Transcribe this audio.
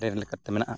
ᱥᱮᱨᱮᱧ ᱞᱮᱠᱟᱛᱮ ᱢᱮᱱᱟᱜᱼᱟ